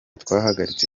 twahagaritse